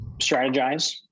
strategize